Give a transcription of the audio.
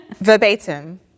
Verbatim